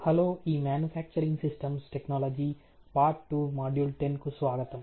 hello ఈ manufacturing systems technology part 2 module 10 కు స్వాగతం